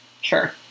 Sure